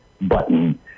button